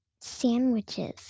sandwiches